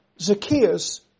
Zacchaeus